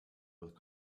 with